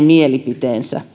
mielipide